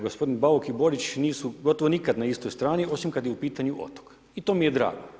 Gospodin Bauk i Borić nisu gotovo nikad na istoj strani, osim kad je u pitanju otok i to mi je drago.